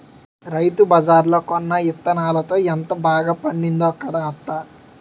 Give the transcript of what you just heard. రైతుబజార్లో కొన్న యిత్తనాలతో ఎంత బాగా పండిందో కదా అత్తా?